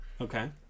Okay